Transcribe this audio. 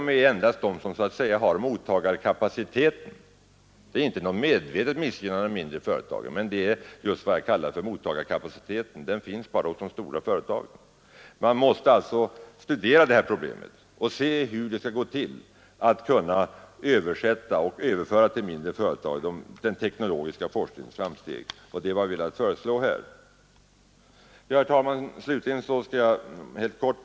Det är inte något medvetet missgynnande av de mindre företagen, men vad jag vill kalla mottagarkapaciteten finns bara hos de stora företagen. Man måste alltså studera det här problemet och se hur det skall gå till att överföra den teknologiska forskningens framsteg till mindre företag, och det är vad vi har velat föreslå i den ifrågavarande motionen. Herr talman!